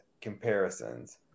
comparisons